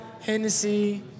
Hennessy